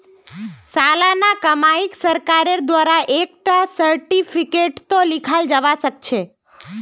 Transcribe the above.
सालाना कमाईक सरकारेर द्वारा एक टा सार्टिफिकेटतों लिखाल जावा सखछे